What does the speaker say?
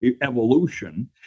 evolution